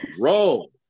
roll